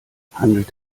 handelt